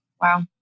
Wow